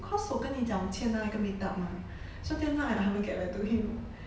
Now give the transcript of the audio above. cause 我跟你讲我欠他一个 meet up mah so till now I haven't get back to him